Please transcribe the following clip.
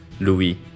Louis